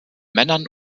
männern